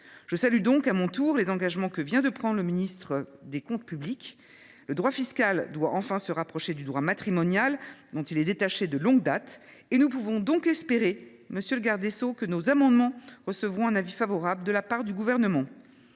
Je salue donc à mon tour les engagements que vient de prendre M. le ministre délégué chargé des comptes publics. Le droit fiscal doit enfin se rapprocher du droit matrimonial dont il est détaché de longue date. Nous pouvons donc espérer que nos amendements recevront un avis favorable de la part du Gouvernement.